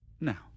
now